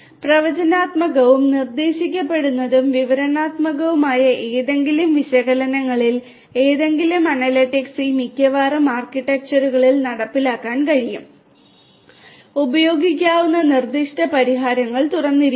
പ്രവചനാത്മകവും നിർദ്ദേശിക്കപ്പെടുന്നതും വിവരണാത്മകവുമായ ഏതെങ്കിലും വിശകലനങ്ങളിൽ ഏതെങ്കിലും അനലിറ്റിക്സ് ഈ മിക്കവാറും ആർക്കിടെക്ചറുകളിൽ നടപ്പിലാക്കാൻ കഴിയും ഉപയോഗിക്കാവുന്ന നിർദ്ദിഷ്ട പരിഹാരങ്ങൾ തുറന്നിരിക്കുന്നു